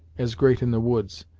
as great in the woods,